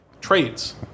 trades